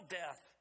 death